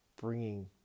bringing